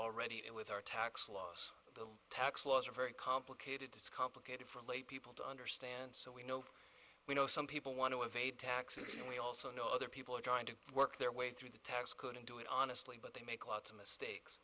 already it with our tax laws the tax laws are very complicated complicated for lay people to understand so we know we know some people want to evade taxes and we also know other people are trying to work their way through the tax code and do it honestly but they make lots of mistakes